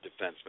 defenseman